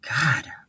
God